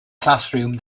classroom